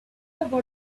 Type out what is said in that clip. about